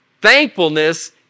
thankfulness